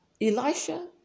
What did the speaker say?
Elisha